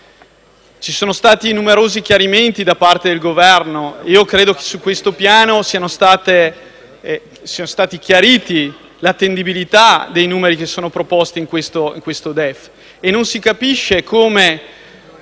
Ci sono stati numerosi chiarimenti da parte del Governo. Credo che su questo piano sia stata chiarita l'attendibilità dei numeri proposti nel DEF.